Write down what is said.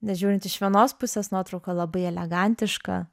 nes žiūrint iš vienos pusės nuotrauka labai elegantiška